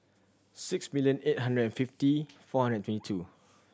six million eight hundred and fifty four hundred and twenty two